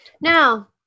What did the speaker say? Now